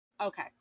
okay